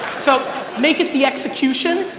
so make it the execution.